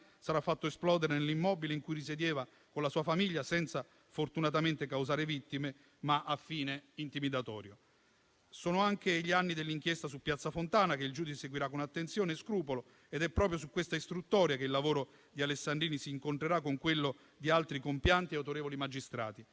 sarà fatto esplodere nell'immobile in cui risiedeva con la sua famiglia, senza fortunatamente causare vittime, ma a fine intimidatorio. Sono anche gli anni dell'inchiesta su Piazza Fontana, che il giudice seguirà con attenzione e scrupolo. Ed è proprio su questa istruttoria che il lavoro di Alessandrini si incontrerà con quello di altri compianti e autorevoli magistrati: